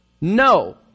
No